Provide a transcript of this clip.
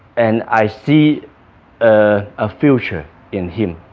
and i see a ah future in him.